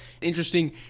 interesting